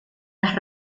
las